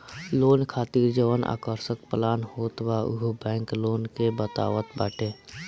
loan खातिर जवन आकर्षक प्लान होत बा उहो बैंक लोग के बतावत बाटे